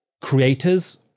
creators